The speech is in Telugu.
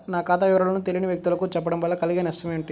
నా ఖాతా వివరాలను తెలియని వ్యక్తులకు చెప్పడం వల్ల కలిగే నష్టమేంటి?